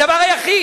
הדבר היחיד.